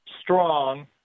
strong